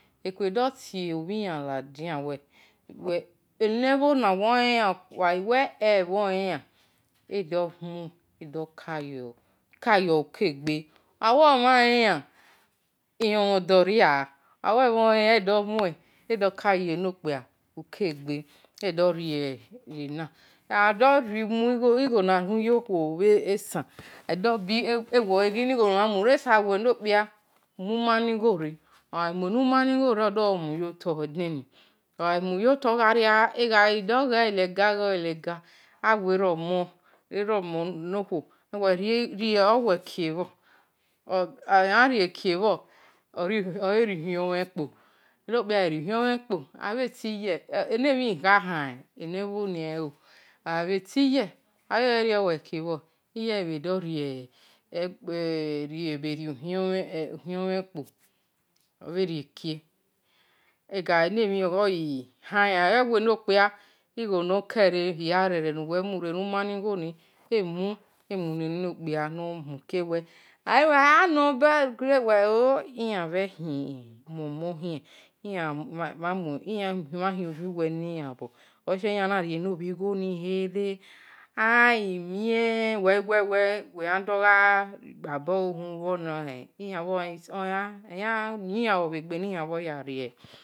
Ekue do tio bhi yan ladian, enebhona uwe olenyan, owe eh, ogha wi orihan lenyan ilamhan-do ria ogha we olenyan edo muen, eka ye-nokpia ukegbe edoriena egha domu igho na muyi okhue bhe, esabo ta me-nokpia mui umanighore, ogamure egi muyotor odo-muyotor egagi do-ghe-yelega awie-romon riowe kie bho, ogha rio gho kie bho eri ukhion mhen ukpo oghan ri-ukhion mhen-kpo ene mhin gi han eyan elo, ebhe we emo kuo rice obhe re ukhion mhen kpo igho lo no kere hia emu-emu ne-nokpia no mukie egha gha-nor ewe iyanbhor imui omon khien oleshie iyanbhe na mui we enobhi-gho kere aghi mien uwe gha kpa-obor gho hun, eyan yin yan bhe-gbe ni yanbhor yarie.